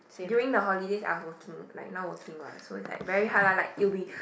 during the holidays I also working like now working what so it's like very hard lah like it will be